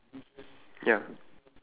then ya